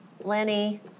Lenny